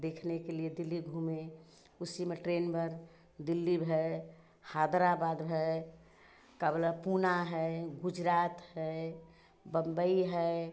देखने के लिए दिल्ली घूमे उसी में ट्रेन बर दिल्ली में हैदराबाद में का बोला पूना है गुजरात है बंबई है